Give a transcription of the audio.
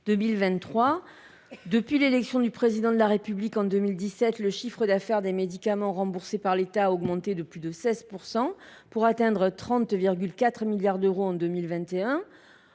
2023. Depuis l’élection du Président de la République en 2017, le chiffre d’affaires des médicaments remboursés par l’État a augmenté de plus de 16 %, pour atteindre 30,4 milliards d’euros en 2021.